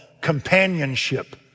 companionship